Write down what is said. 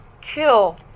kill